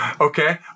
Okay